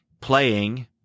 playing